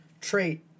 trait